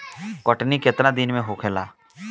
कटनी केतना दिन में होला?